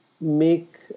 make